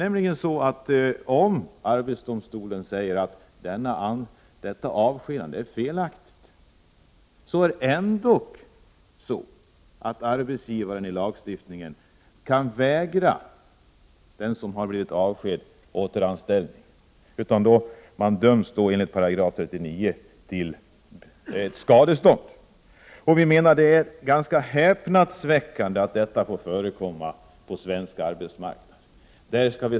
Även om arbetsdomstolen säger att avskedandet är felaktigt, kan arbetsgivaren med stöd av lagen ändock vägra den som har blivit avskedad återanställning. Arbetsgivaren döms då att betala skadestånd enligt § 39. Vi tycker att det är häpnadsväckande att sådant får förekomma på den svenska arbetsmarknaden.